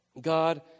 God